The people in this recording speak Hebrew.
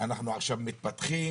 אנחנו עכשיו מתפתחים,